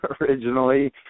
originally